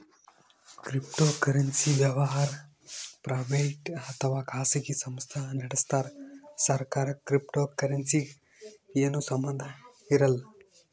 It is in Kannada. ಕ್ರಿಪ್ಟೋಕರೆನ್ಸಿ ವ್ಯವಹಾರ್ ಪ್ರೈವೇಟ್ ಅಥವಾ ಖಾಸಗಿ ಸಂಸ್ಥಾ ನಡಸ್ತಾರ್ ಸರ್ಕಾರಕ್ಕ್ ಕ್ರಿಪ್ಟೋಕರೆನ್ಸಿಗ್ ಏನು ಸಂಬಂಧ್ ಇರಲ್ಲ್